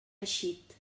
eixit